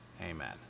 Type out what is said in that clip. Amen